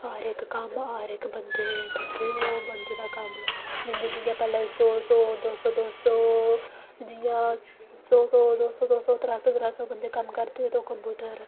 हर इक कम्म हर इक बंदे ओह् बंदे दा कम्म जियां जियां पैह्ले उसी सौ दो सौ जियां सौ सौ दो सौ दो सौ त्रै सौ त्रै सौ कम्म करदे ओह् कंप्यूटर